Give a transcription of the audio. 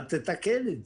אל תתקן אותו.